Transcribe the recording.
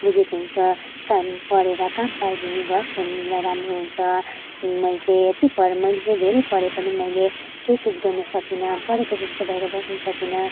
बुझेको हुन्छ काम पढेर काम पायो भने घर फ्यामिलीलाई राम्रो हुन्छ मैले चाहिँ यति पढ मैले चाहिँ धेरै पढे पनि मैले केही कुछ गर्न सकिनँ पढेको जस्तो भएर बस्नु सकिनँ